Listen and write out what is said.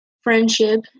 friendship